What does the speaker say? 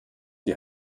die